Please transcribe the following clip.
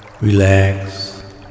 Relax